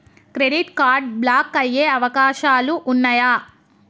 Credit card block అయ్యే అవకాశాలు ఉన్నయా?